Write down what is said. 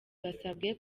basabwe